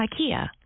IKEA